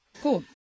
Cool